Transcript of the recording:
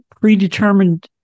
predetermined